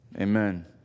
Amen